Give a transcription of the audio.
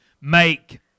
make